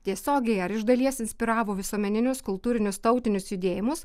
tiesiogiai ar iš dalies inspiravo visuomeninius kultūrinius tautinius judėjimus